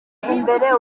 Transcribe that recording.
imbere